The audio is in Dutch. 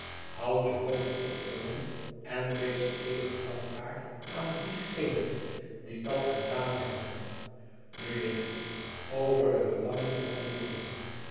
houd je hoofd op jongen en wees eeuwig dankbaar aan diegenen die dat gedaan hebben nu nicht over de belangen van dien jongen